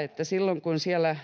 että silloin kun siellä